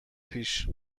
پیش